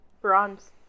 bronze